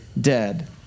dead